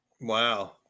Wow